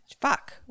fuck